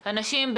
אנשים,